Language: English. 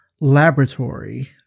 laboratory